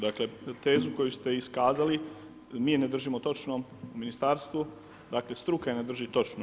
Dakle, tezu koju ste iskazali, mi je ne držimo točnom u ministarstvu, dakle struka je ne drži točno.